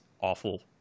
awful